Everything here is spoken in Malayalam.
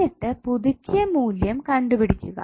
എന്നിട്ട് പുതുക്കിയ മൂല്യം കണ്ടുപിടിക്കുക